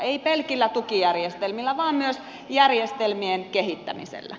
ei pelkillä tukijärjestelmillä vaan myös järjestelmien kehittämisellä